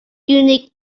unique